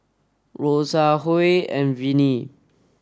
Rosa Huy and Vinnie